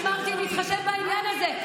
אמרתי: נתחשב בעניין הזה.